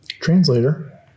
translator